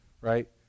right